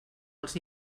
els